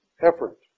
effort